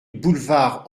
boulevard